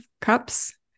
Cups